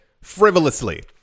frivolously